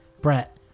Brett